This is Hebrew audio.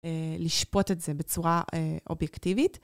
לשפוט את זה בצורה אובייקטיבית.